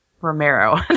Romero